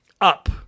up